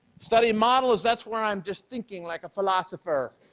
study and model is that's where i'm just thinking like a philosopher,